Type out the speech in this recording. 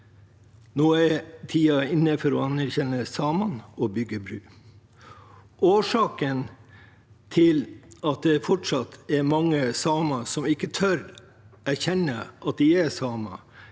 Nå er tiden inne for å anerkjenne samene og bygge bro. Årsaken til at det fortsatt er mange samer som ikke tør å erkjenne at de er samer,